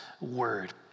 word